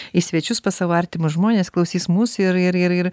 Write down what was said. į svečius pas savo artimus žmonės klausys mūsų ir ir ir ir